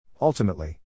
Ultimately